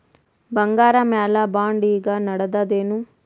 ಬಂಗಾರ ಮ್ಯಾಲ ಬಾಂಡ್ ಈಗ ನಡದದೇನು?